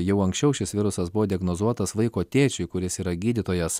jau anksčiau šis virusas buvo diagnozuotas vaiko tėčiui kuris yra gydytojas